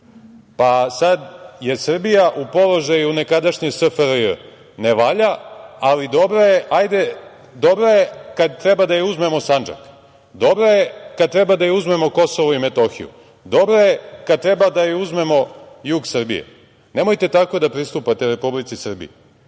Sad je Srbija u položaju nekadašnje SFRJ - ne valja, ali dobra je, dobra je kad treba da joj uzmemo Sandžak, dobra je kad treba da joj uzmemo KiM, dobra je kad treba da joj uzmemo jug Srbije. Nemojte tako da pristupate Republici Srbiji.